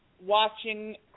watching